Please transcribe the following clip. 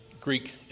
Greek